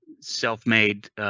self-made